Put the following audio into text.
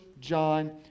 John